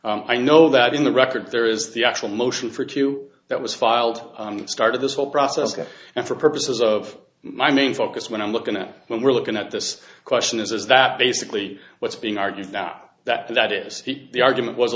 two i know that in the record there is the actual motion for q that was filed on the start of this whole process and for purposes of my main focus what i'm looking at when we're looking at this question is is that basically what's being argued about that that is the argument was a